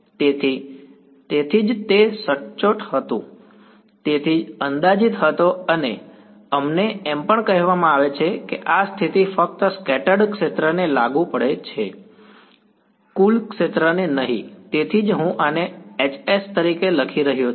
તેથી તેથી જ તે સચોટ હતું તેથી અંદાજિત હતો અને અમને એમ પણ કહેવામાં આવે છે કે આ સ્થિતિ ફક્ત સ્કેટર્ડ ક્ષેત્રને લાગુ પડે છે કુલ ક્ષેત્રને નહીં તેથી જ હું આને Hs તરીકે લખી રહ્યો છું